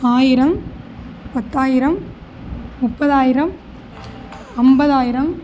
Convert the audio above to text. ஆயிரம் பத்தாயிரம் முப்பதாயிரம் ஐம்பதாயிரம்